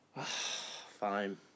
Fine